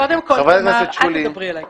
קודם כל, תמר, אל תדברי אלי ככה.